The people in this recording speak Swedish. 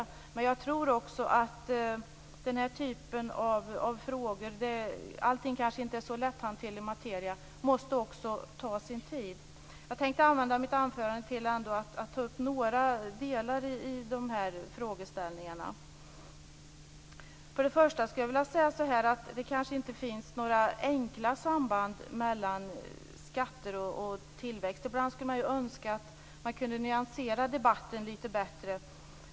Men jag tror också att den här typen av frågor - allting är kanske inte så lätthanterlig materia - måste få ta sin tid. Jag tänkte använda mitt anförande till att ta upp några av de här frågeställningarna. För det första skulle jag vilja säga att det kanske inte finns några enkla samband mellan skatter och tillväxt. Ibland skulle man ju önska att man kunde nyansera debatten lite bättre.